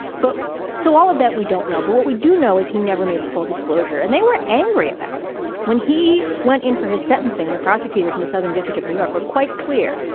but so all of that we don't know. but what we do know is he never made full disclosure and they were angry about it when he went in for his sentencing. the prosecutors in the southern district of new york were quite clear.